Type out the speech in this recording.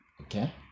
Okay